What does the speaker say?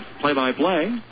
play-by-play